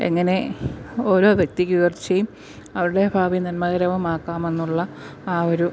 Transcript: എങ്ങനെ ഓരോ വ്യക്തിക്കും ഉയർച്ചയും അവരുടെ ഭാവി നന്മകരവും ആക്കാമെന്നുള്ള ആ ഒരു